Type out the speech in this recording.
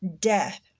death